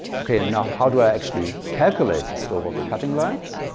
ok now how do i actually calculate the slope of the cutting lines?